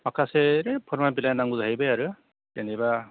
माखासे फोरमान बिलाइ नांगौ जाहैबाय आरो जेनेबा